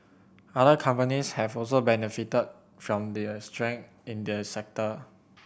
other companies have also benefited from the strength in the sector